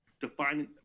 defining